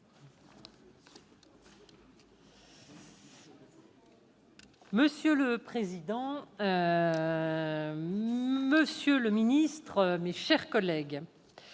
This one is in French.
Monsieur le président, monsieur le ministre, mes chers collègues,